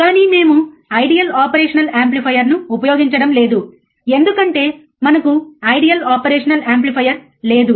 కానీ మేము ideal operational యాంప్లిఫైయర్ను ఉపయోగించడం లేదు ఎందుకంటే మనకు ఐడియల్ ఆపరేషనల్ యాంప్లిఫైయర్ లేదు